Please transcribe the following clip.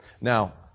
Now